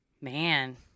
Man